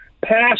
passed